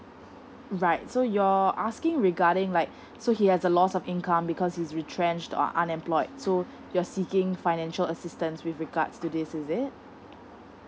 right so you're asking regarding like so he has a loss of income because he's retrenched uh unemployed so you're seeking financial assistance with regards to this is it